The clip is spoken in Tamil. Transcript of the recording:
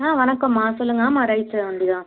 ஆ வணக்கம்மா சொல்லுங்கள் ஆமாம் ரைஸ் ஆ மண்டி தான்